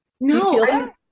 no